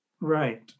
Right